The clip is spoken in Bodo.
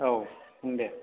औ बुं दे